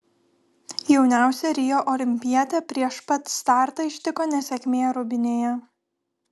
jauniausią rio olimpietę prieš pat startą ištiko nesėkmė rūbinėje